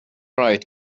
riot